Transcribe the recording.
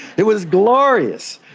it was glorious.